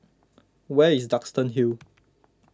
where is Duxton Hill